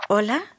Hola